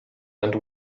and